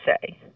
say